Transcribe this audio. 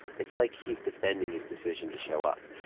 it's like he's defending his decision to show up